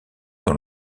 dans